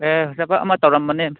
ꯑꯦ ꯊꯕꯛ ꯑꯃ ꯇꯧꯔꯝꯕꯅꯤ